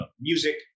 music